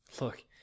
Look